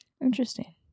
Interesting